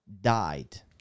died